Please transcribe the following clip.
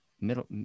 middle